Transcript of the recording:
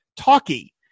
talky